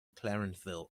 clarenceville